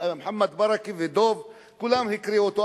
מוחמד ברכה ודב, כולם הקריאו אותו.